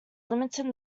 limited